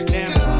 Now